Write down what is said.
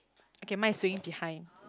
okay mine is swinging behind